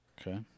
Okay